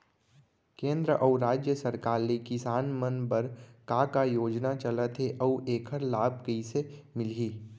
केंद्र अऊ राज्य सरकार ले किसान मन बर का का योजना चलत हे अऊ एखर लाभ कइसे मिलही?